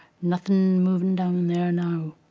nothing moving down there now.